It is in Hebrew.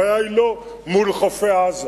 הבעיה היא לא מול חופי עזה.